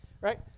right